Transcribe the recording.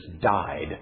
died